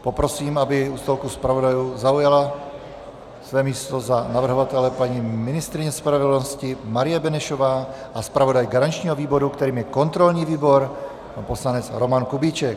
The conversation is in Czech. Poprosím, aby u stolku zpravodajů zaujala své místo za navrhovatele paní ministryně spravedlnosti Marie Benešová a zpravodaj garančního výboru, kterým je kontrolní výbor, pan poslanec Roman Kubíček.